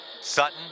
Sutton